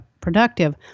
productive